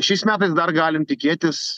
šiais metais dar galim tikėtis